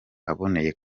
aboneye